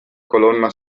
colonna